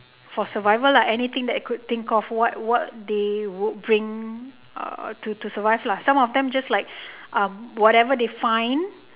for survival lah anything that I could think of what what they would bring err to to survive lah some of them just like whatever they find